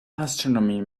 astronomy